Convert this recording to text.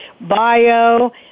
bio